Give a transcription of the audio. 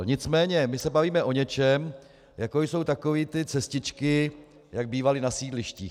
Nicméně my se bavíme o něčem, jako jsou takové ty cestičky, jak bývaly na sídlištích.